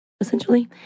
essentially